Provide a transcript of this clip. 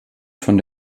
von